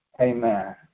Amen